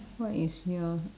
what is your